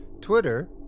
Twitter